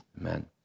Amen